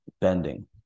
bending